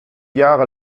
jahre